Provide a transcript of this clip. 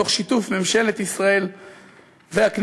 תוך שיתוף ממשלת ישראל והכנסת,